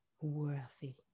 worthy